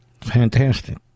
Fantastic